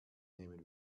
nehmen